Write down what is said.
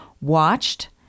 watched